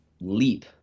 leap